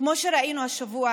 כמו שראינו השבוע,